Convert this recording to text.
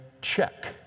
check